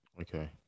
Okay